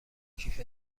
کیف